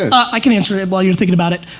i can answer it while you're thinkin' about it.